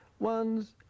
One's